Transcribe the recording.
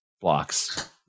blocks